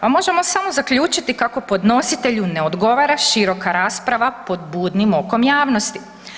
Pa možemo samo zaključiti kako podnositelju ne odgovara široka rasprava pod budnim okom jasnosti.